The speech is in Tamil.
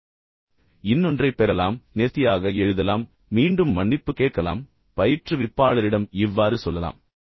எனவே அவர் வெளியே சென்று இன்னொன்றைப் பெறலாம் நேர்த்தியாக எழுதலாம் மீண்டும் மன்னிப்பு கேட்கலாம் பின்னர் பயிற்றுவிப்பாளரிடம் இவ்வாறு சொல்லலாம்